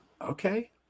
Okay